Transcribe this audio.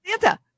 Santa